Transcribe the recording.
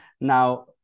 Now